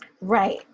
right